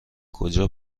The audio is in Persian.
کجا